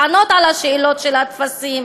לענות על השאלות בטפסים,